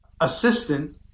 assistant